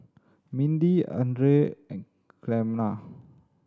Mindi Andrae and Clemma